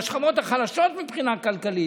לשכבות החלשות מבחינה כלכלית,